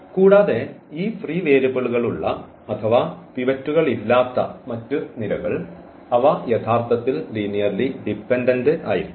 കൂടാതെ ഈ ഫ്രീ വേരിയബിളുകളുള്ള അഥവാ പിവറ്റുകൾ ഇല്ലാത്ത മറ്റ് നിരകൾ അവ യഥാർത്ഥത്തിൽ ലീനിയർലി ഡിപെൻഡന്റ് ആയിരിക്കും